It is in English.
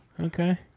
Okay